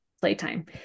playtime